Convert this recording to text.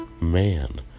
man